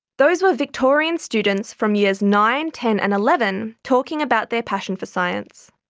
those were victorian students from years nine, ten and eleven talking about their passion for science.